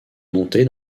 montée